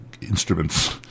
instruments